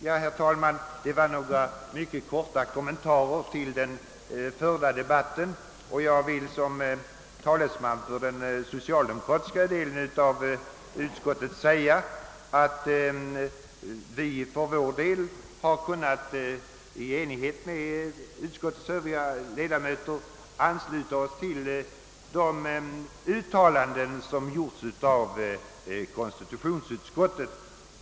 Herr talman! Detta var några mycket kortfattade kommentarer till den förda debatten. Som talesman för den socialdemokratiska delen av utskottet vill jag säga att vi för vår del, i enighet med utskottets övriga ledamöter, har kunnat ansluta oss till de uttalanden som gjorts av konstitutionsutskottet.